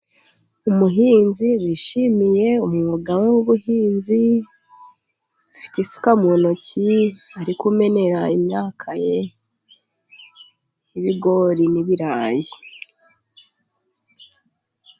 Umuhinzi wishimiye umwuga we w'ubuhinzi, ufite isuka mu ntoki, ari kumenera imyaka ye, y'ibigori n'ibirayi.